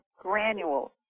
granules